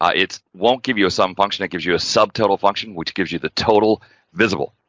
ah it's won't give you a sum function, it gives you a subtotal function which gives you the total visible.